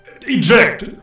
Eject